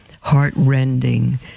heart-rending